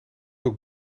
ook